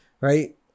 right